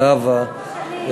זהבה,